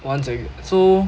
once ag~ so